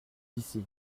ici